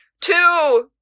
Two